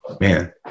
Man